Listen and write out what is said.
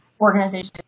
organization